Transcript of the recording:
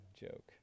joke